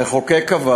המחוקק קבע